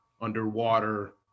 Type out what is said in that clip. underwater